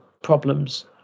problems